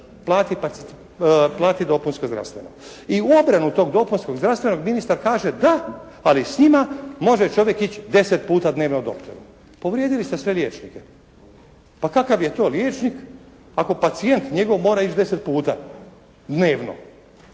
plati dopunsko zdravstveno. I u obranu tog dopunskog zdravstvenog ministar kaže: Da, ali s njima može čovjek ići 10 puta dnevno doktoru. Povrijedili ste sve liječnike. Pa kakav je to liječnik ako pacijent njegov mora ići 10 puta dnevno